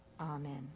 Amen